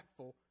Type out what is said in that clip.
impactful